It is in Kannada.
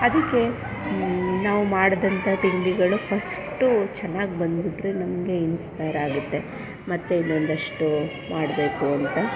ಅದಕ್ಕೆ ನಾವು ಮಾಡ್ದಂಥ ತಿಂಡಿಗಳು ಫಸ್ಟು ಚೆನ್ನಾಗಿ ಬಂದ್ಬಿಟ್ರೆ ನಮಗೆ ಇನ್ಸ್ಪೈರಾಗುತ್ತೆ ಮತ್ತು ಇನ್ನೊಂದಷ್ಟು ಮಾಡಬೇಕು ಅಂತ